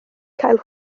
cael